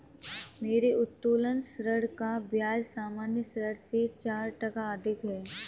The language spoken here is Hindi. मेरे उत्तोलन ऋण का ब्याज सामान्य ऋण से चार टका अधिक है